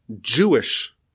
Jewish